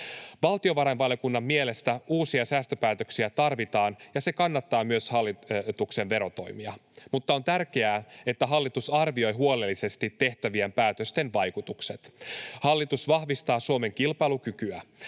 Valtiovarainvaliokunnan mielestä uusia säästöpäätöksiä tarvitaan, ja se kannattaa myös hallituksen verotoimia, mutta on tärkeää, että hallitus arvioi huolellisesti tehtävien päätösten vaikutukset. Hallitus vahvistaa Suomen kilpailukykyä.